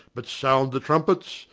but sound the trumpets,